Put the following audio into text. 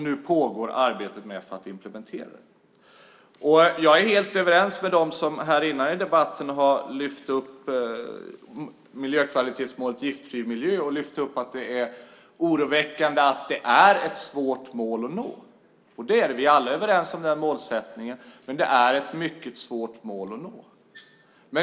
Nu pågår arbetet med att implementera den. Jag är helt överens med dem som tidigare i debatten har lyft upp miljökvalitetsmålet Giftfri miljö och sagt att det är oroväckande att det är ett svårt mål att nå. Det är det. Vi är alla överens om målsättningen, men det är ett mycket svårt mål att nå.